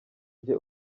njye